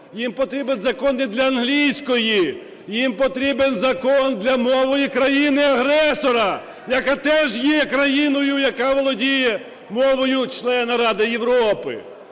їм потрібен закон не для англійської, їм потрібен закон для мови країни-агресора, яка теж є країною, яка володіє мовою члена Ради Європи.